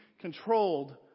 controlled